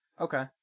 Okay